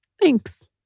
Thanks